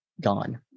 gone